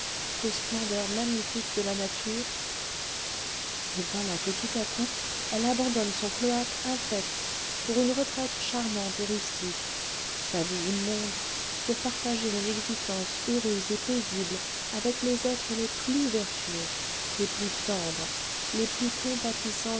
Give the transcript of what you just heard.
qu'aux splendeurs magnifiques de la nature et voilà que tout à coup elle abandonne son cloaque infect pour une retraite charmante et rustique sa vie immonde pour partager une existence heureuse et paisible avec les êtres les plus vertueux les plus tendres les plus compatissants